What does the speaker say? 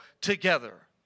together